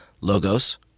logos